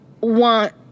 want